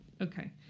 Okay